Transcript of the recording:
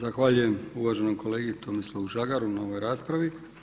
Zahvaljujem uvaženom kolegi Tomislavu Žagaru na ovoj raspravi.